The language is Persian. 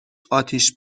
اتیش